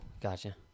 gotcha